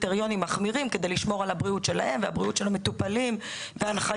קריטריונים מחמירים כדי לשמור על הבריאות שלהם והבריאות של המטופלים בהנחיות